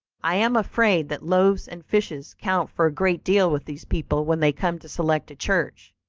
i am afraid that loaves and fishes count for a great deal with these people when they come to select a church.